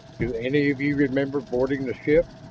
do any of you remember boarding the ship?